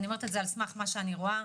אני אומרת את זה על סמך מה שאני רואה.